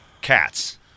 cats